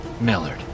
Millard